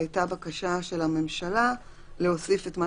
והייתה בקשה של הממשלה להוסיף את מה